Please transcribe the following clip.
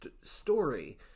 story